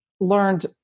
learned